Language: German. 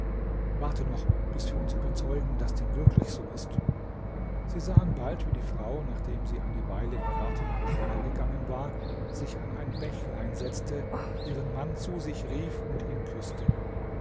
warte noch bis wir uns überzeugen daß dem wirklich so ist sie sahen bald wie die frau nachdem sie eine weile im garten umhergegangen war sich an ein bächlein setzte ihren mann zu sich rief und ihn küßte